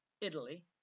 Italy